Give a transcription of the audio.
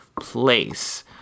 place